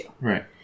Right